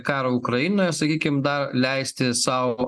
karą ukrainoje sakykim dar leisti sau